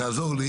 תעזור לי